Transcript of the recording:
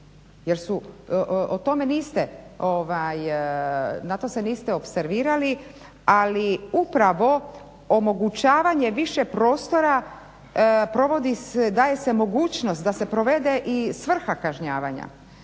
Jer o tome niste, na to se niste opservirali, ali upravo omogućavanje više prostora provodi se, daje se mogućnost da se provede i svrha kažnjavanja.